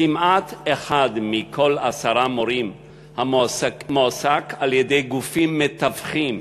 כמעט אחד מכל עשרה מורים מועסק על-ידי גופים מתווכים.